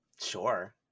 Sure